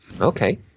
Okay